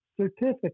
certificate